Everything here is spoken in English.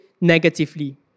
negatively